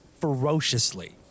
ferociously